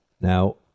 Now